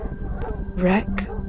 Wreck